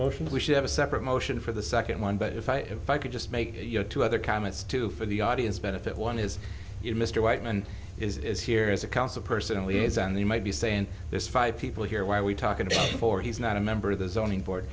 motion we should have a separate motion for the second one but if i if i could just make your two other comments two for the audience benefit one is your mr weightman is here is a counsel personally is and they might be saying this five people here why are we talking to four he's not a member of the zoning board